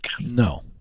No